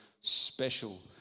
special